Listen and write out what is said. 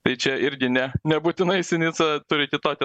tai čia irgi ne nebūtinai sinica turi kitokią